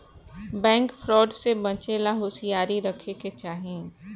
bank fraud से बचे ला होसियारी राखे के चाही